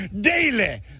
daily